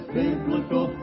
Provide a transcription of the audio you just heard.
biblical